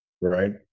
Right